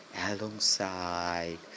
alongside